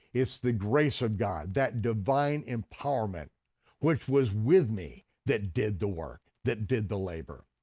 it's the grace of god, that divine empowerment which was with me that did the work, that did the labor.